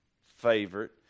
favorite